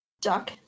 Duck